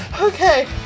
Okay